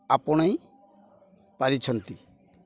ଆପଣେଇ ପାରିଛନ୍ତି